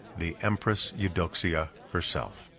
the empress eudoxia herself.